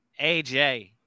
AJ